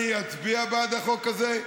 אני אצביע בעד החוק הזה.